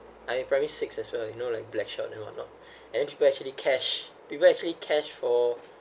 I'm in primary six as well you know like blackshot you know or not and people actually cash people actually cash for